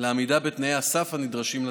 לעמידה בתנאי הסף הנדרשים לתפקיד.